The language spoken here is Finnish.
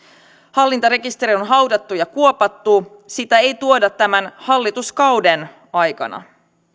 hallintarekisteri on haudattu ja kuopattu sitä ei tuoda tämän hallituskauden aikana